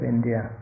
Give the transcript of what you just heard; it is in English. India